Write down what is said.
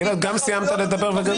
גלעד, סיימת לדבר.